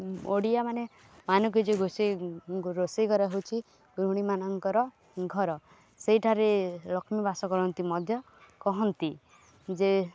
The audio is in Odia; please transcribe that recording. ଓଡ଼ିଆମାନେ ମାନଙ୍କୁ ଯେ ରୋଷେଇ ରୋଷେଇ କରାହେଉଛିି ଗୃହିଣୀମାନଙ୍କର ଘର ସେଇଠାରେ ଲକ୍ଷ୍ମୀବାସ କରନ୍ତି ମଧ୍ୟ କହନ୍ତି ଯେ